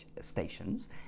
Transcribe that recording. Stations